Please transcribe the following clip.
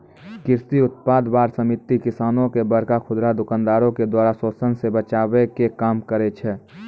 कृषि उत्पाद बार समिति किसानो के बड़का खुदरा दुकानदारो के द्वारा शोषन से बचाबै के काम करै छै